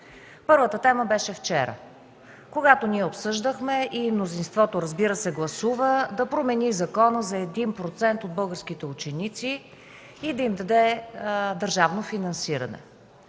Първата тема беше вчера, когато ние обсъждахме и мнозинството, разбира се, гласува да промени закона за един процент от българските ученици и да им даде държавно финансиране.